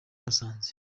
musanze